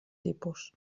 tipus